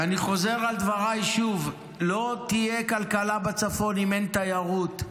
ואני חוזר על דבריי שוב: לא תהיה כלכלה בצפון אם אין תיירות.